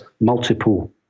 multiple